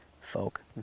folk